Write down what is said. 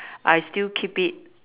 I still keep it